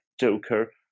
joker